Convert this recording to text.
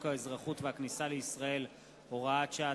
האזרחות והכניסה לישראל (הוראת שעה),